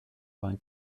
vingt